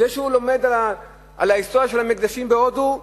זה שהוא לומד על ההיסטוריה של המקדשים בהודו,